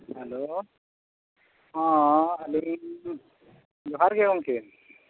hello ᱦᱮᱸ ᱟᱹᱞᱤᱧ ᱡᱚᱦᱟᱨ ᱜᱮ ᱜᱚᱢᱠᱮ